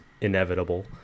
inevitable